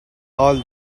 all